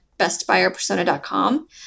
bestbuyerpersona.com